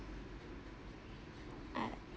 I